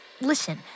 listen